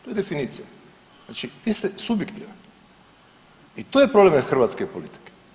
To je definicija, znači vi ste subjektivan i to je problem hrvatske politike.